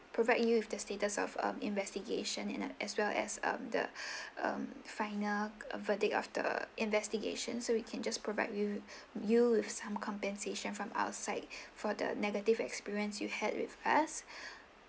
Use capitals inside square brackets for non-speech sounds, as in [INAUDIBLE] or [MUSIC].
provide you with the status of um investigation and as well as um the [BREATH] um final verdict of the investigation so we can just provide you you with some compensation from our side [BREATH] for the negative experience you had with us [BREATH]